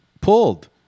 pulled